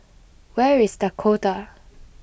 where is Dakota